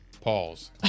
Pause